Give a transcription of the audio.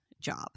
job